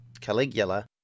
Caligula